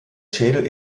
schädel